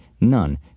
none